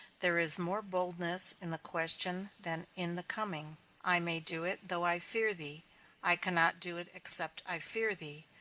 there is more boldness in the question than in the coming i may do it though i fear thee i cannot do it except i fear thee.